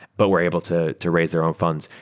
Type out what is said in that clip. but were able to to raise their own funds.